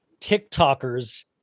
TikTokers